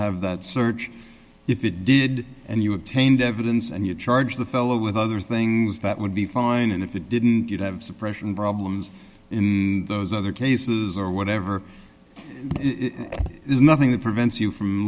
have that search if it did and you obtained evidence and you charge the fellow with other things that would be fine and if you didn't you'd have suppression problems in those other cases or whatever it is nothing that prevents you from